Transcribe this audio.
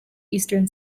eastern